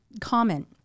Comment